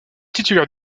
titulaire